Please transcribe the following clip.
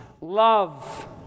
Love